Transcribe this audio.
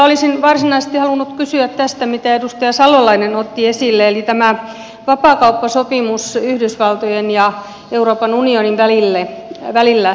olisin varsinaisesti halunnut kysyä tästä mitä edustaja salolainen otti esille eli tästä vapaakauppasopimuksesta yhdysvaltojen ja euroopan unionin välillä